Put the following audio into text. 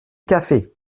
café